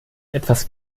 etwas